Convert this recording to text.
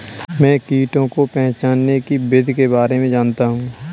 मैं कीटों को पहचानने की विधि के बारे में जनता हूँ